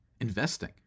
investing